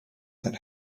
that